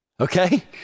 Okay